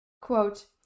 Quote